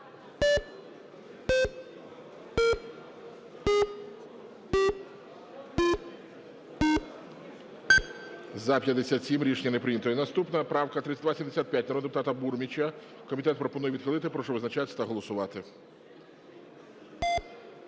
За-57 Рішення не прийнято. І наступна правка 3275 народного депутата Бурміча. Комітет пропонує відхилити. Прошу визначатись та голосувати.